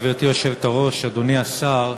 גברתי היושבת-ראש, אדוני השר,